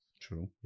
true